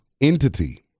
entity